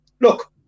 look